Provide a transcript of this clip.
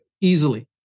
easily